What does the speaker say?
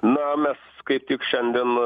na mes kaip tik šiandien